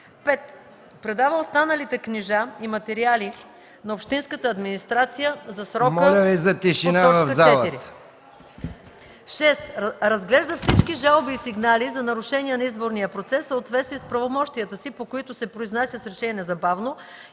5. предава останалите книжа и материали на общинската администрация в срока по т. 4; 6. разглежда всички жалби и сигнали за нарушения на изборния процес в съответствие с правомощията си, по които се произнася с решение незабавно